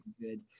good